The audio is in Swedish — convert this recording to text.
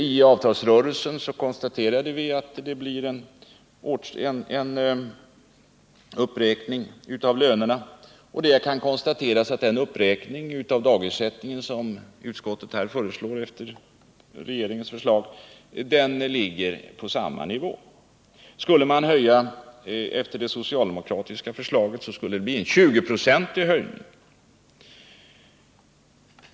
I avtalsrörelsen konstaterade vi att det blev en uppräkning av lönerna. Den uppräkning av dagersättningen som utskottet här föreslår efter regeringens förslag ligger på samma nivå. Skulle man följa det socialdemokratiska förslaget, skulle det bli en 20-procentig höjning.